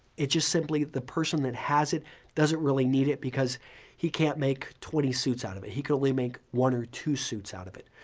just simply the person that has it doesn't really need it because he can't make twenty suits out of it. he can only make one or two suits out of it.